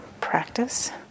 practice